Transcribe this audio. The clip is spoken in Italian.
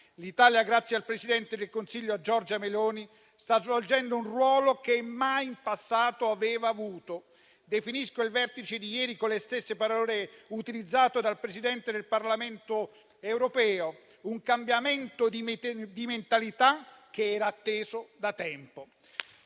L'Italia, grazie al presidente del Consiglio Giorgia Meloni, sta svolgendo un ruolo che mai in passato aveva avuto. Definisco il vertice di ieri con le stesse parole utilizzate dal Presidente del Parlamento europeo: un cambiamento di mentalità che era atteso da tempo.